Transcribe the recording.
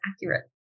accurate